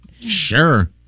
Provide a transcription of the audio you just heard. Sure